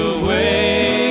away